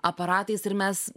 aparatais ir mes